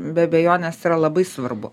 be abejonės yra labai svarbu